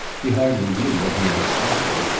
he hardly knew what he had expected.